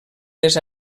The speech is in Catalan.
les